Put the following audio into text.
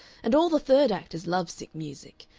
and all the third act is love-sick music.